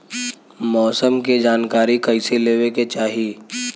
मौसम के जानकारी कईसे लेवे के चाही?